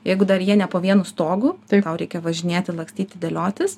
jeigu dar jie ne po vienu stogu tai tau reikia važinėti lakstyti dėliotis